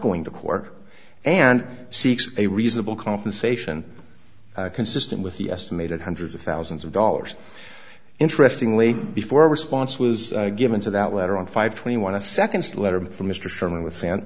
going to court and seeks a reasonable compensation consistent with the estimated hundreds of thousands of dollars interestingly before a response was given to that letter on five twenty one a second's letter from mr sherman with san